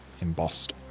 embossed